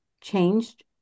changed